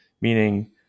meaning